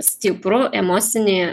stiprų emocinį